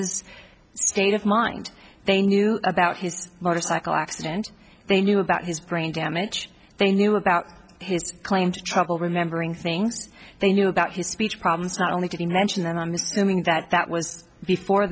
thomas state of mind they knew about his motorcycle accident they knew about his brain damage they knew about his claimed trouble remembering things they knew about his speech problems not only did he mention that i'm assuming that that was before